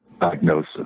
diagnosis